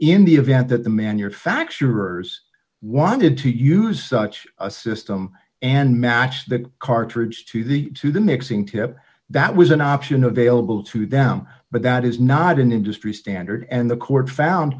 in the event that the manufacturers wanted to use such a system and matched that cartridge to the to the mixing tip that was an option available to them but that is not an industry standard and the court found